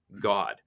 God